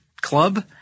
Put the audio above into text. club